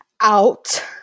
out